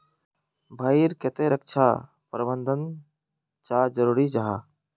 भाई ईर केते रक्षा प्रबंधन चाँ जरूरी जाहा?